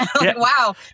Wow